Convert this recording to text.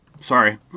Sorry